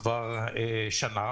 נושא חוק עידוד השקעות הון,